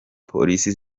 polisi